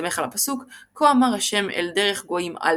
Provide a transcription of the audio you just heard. שמסתמך על הפסוק "כה אמר ה' אל דרך הגוים אל